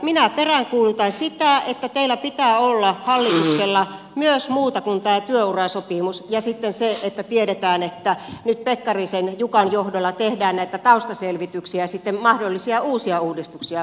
minä peräänkuulutan sitä että teillä pitää olla hallituksella myös muuta kuin tämä työurasopimus ja sitten tiedetään että nyt pekkarisen jukan johdolla tehdään näitä taustaselvityksiä sitten mahdollisia uusia uudistuksia varten